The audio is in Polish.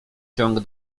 ciąg